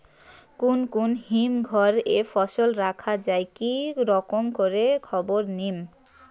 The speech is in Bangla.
কুন কুন হিমঘর এ ফসল রাখা যায় কি রকম করে খবর নিমু?